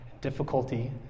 difficulty